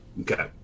Okay